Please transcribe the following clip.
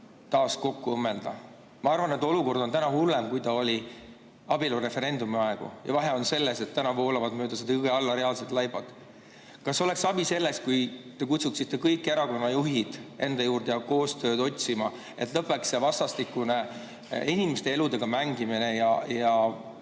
taas kokku õmmelda? Ma arvan, et olukord on hullem kui abielureferendumi aegu. Ja vahe on selles, et täna voolavad mööda seda jõge alla reaalselt laibad. Kas oleks abi sellest, kui te kutsuksite kõik erakonnajuhid enda juurde koostööd otsima, et lõppeks see inimeste eludega mängimine ja